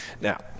Now